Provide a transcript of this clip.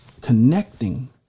connecting